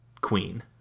queen